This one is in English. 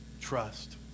trust